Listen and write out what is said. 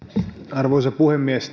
arvoisa puhemies